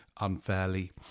unfairly